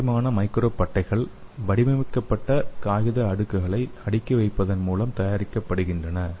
முப்பரிமாண மைக்ரோ பட்டைகள் வடிவமைக்கப்பட்ட காகித அடுக்குகளை அடுக்கி வைப்பதன் மூலம் தயாரிக்கப்படுகின்றன